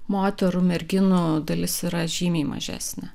moterų merginų dalis yra žymiai mažesnė